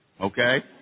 okay